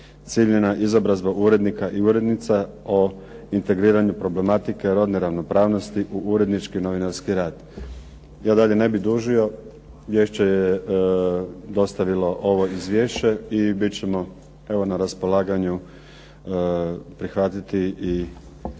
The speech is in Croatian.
ciljana izobrazba urednika i urednica o integriranju problematike rodne ravnopravnosti u urednički novinarski rad. Ja dalje ne bih dužio. Vijeće je dostavilo ovo izvješće i bit ćemo evo na raspolaganju prihvatiti i